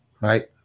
Right